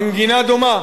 מנגינה דומה.